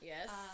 Yes